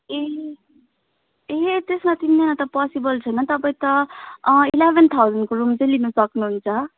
ए ए त्यसमा तिनजना त पसिबल छैन तपाईँ त इलेभेन थाउजन्डको रुम चाहिँ लिनु सक्नुहुन्छ